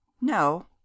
no